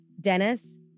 Dennis